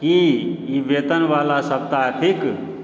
की ई वेतन वाला सप्ताह थिक